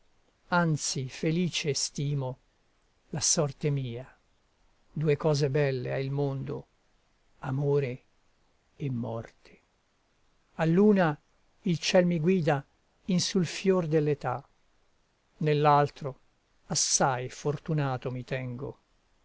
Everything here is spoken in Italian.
anzi felice estimo la sorte mia due cose belle ha il mondo amore e morte all'una il ciel mi guida in sul fior dell'età nell'altro assai fortunato mi tengo